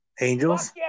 Angels